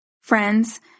Friends